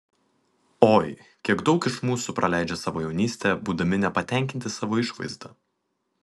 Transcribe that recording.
oi kiek daug iš mūsų praleidžia savo jaunystę būdami nepatenkinti savo išvaizda